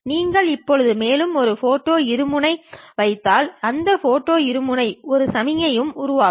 நீங்கள் இப்போது மேலும் ஒரு ஃபோட்டா இருமுனை வைத்தால் இந்த ஃபோட்டா இருமுனை ஒரு சமிக்ஞையையும் உருவாக்கும்